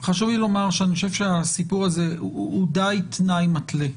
אני חושב שהסיפור הזה הוא תנאי מתלה,